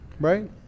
right